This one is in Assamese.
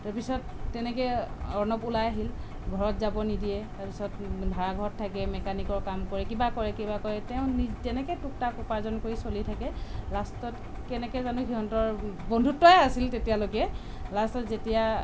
তাৰপিছত তেনেকে অৰ্ণৱ ওলাই আহিল ঘৰত যাব নিদিয়ে তাৰপিছত ভাৰা ঘৰত থাকে মেকানিকৰ কাম কৰে কিবা কৰে কিবা কৰে তেওঁ নিজে তেনেকে টুক টাক উপাৰ্জন কৰি চলি থাকে লাষ্টত কেনেকৈ জানো সিহঁতৰ বন্ধুত্বই আছিল তেতিয়ালৈকে লাষ্টত যেতিয়া